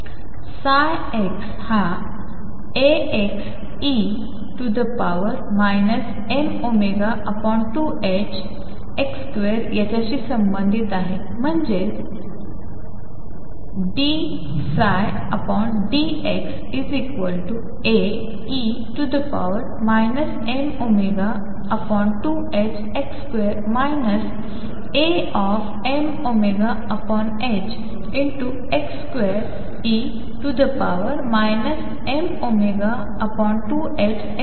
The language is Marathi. ψ हा Axe mω2ℏx2 याच्याशी संबंधित आहे मणजेच dψdx Ae mω2ℏx2 Amωx2e mω2ℏx2 असेल